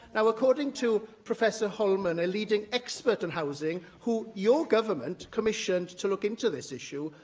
now, according to professor holman, a leading expert on housing who your government commissioned to look into this issue,